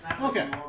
Okay